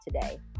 today